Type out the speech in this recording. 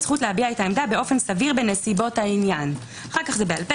הזכות להביע את העמדה באופן סביר בנסיבות העניין בעל פה,